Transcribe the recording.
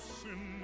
sin